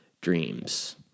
dreams